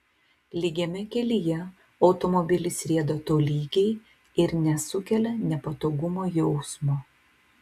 lygiame kelyje automobilis rieda tolygiai ir nesukelia nepatogumo jausmo